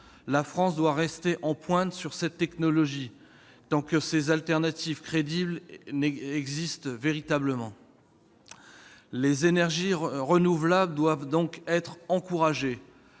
La France doit rester en pointe sur cette technologie, en attendant que ces alternatives crédibles existent véritablement. Les énergies renouvelables doivent être encouragées